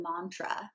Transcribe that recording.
mantra